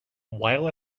while